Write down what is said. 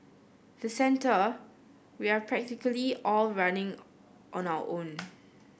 the centre we are practically all running on our own